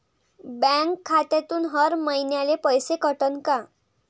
Bank खात्यातून हर महिन्याले पैसे कटन का?